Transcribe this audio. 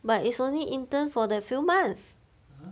but it's only intern for that few months